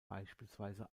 beispielsweise